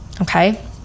okay